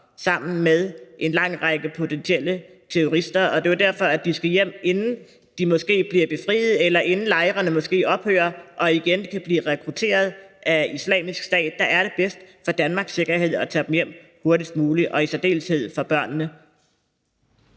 sammen med en lang række potentielle terrorister, og det er jo derfor, de skal hjem, inden de måske bliver befriet, eller inden lejrene måske ophører med at eksistere, så børnene igen kan blive rekrutteret af Islamisk Stat. Der er det bedst for Danmarks sikkerhed og i særdeleshed for børnene